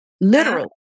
literal